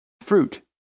fruit